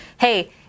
hey